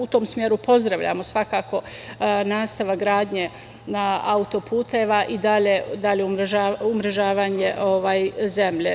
U tom smeru, pozdravljamo svakako nastavak gradnje auto-puteva i dalje umrežavanje zemlje.